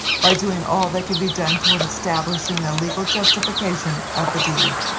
by doing all that could be done toward establishing a legal justification of the deed.